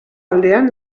aldean